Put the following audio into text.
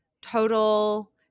total –